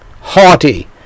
Haughty